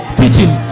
teaching